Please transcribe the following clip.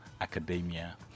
academia